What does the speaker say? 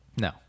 No